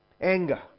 anger